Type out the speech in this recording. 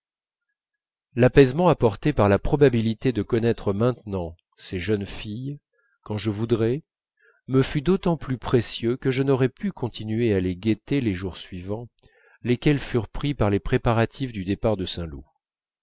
l'apaisement apporté par la probabilité de connaître maintenant ces jeunes filles quand je le voudrais me fut d'autant plus précieux que je n'aurais pu continuer à les guetter les jours suivants lesquels furent pris par les préparatifs du départ de saint loup